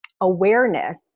awareness